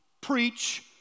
preach